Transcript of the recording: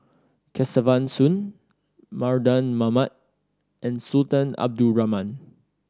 Kesavan Soon Mardan Mamat and Sultan Abdul Rahman